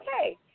Okay